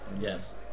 Yes